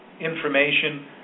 information